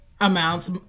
amounts